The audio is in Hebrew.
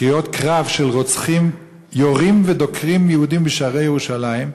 קריאות קרב של רוצחים שיורים ודוקרים יהודים בשערי ירושלים,